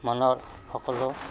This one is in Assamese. মনৰ সকলো